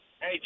Hey